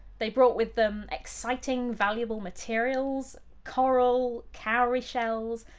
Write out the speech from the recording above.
they brought with them exciting valuable materials coral, cowrie shells,